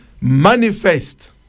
manifest